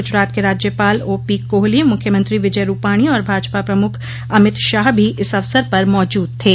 गुजरात के राज्यपाल O P Kohli मुख्यमंत्री विजय रूपाणी और भाजपा प्रमुख अमित शाह भी इस अवसर पर मौजूद थे